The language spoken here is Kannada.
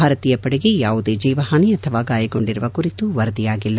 ಭಾರತೀಯ ಪಡೆಗೆ ಯಾವುದೇ ಜೀವಹಾನಿ ಅಥವಾ ಗಾಯಗೊಂಡಿರುವ ಕುರಿತು ವರದಿಯಾಗಿಲ್ಲ